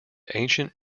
ancient